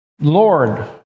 Lord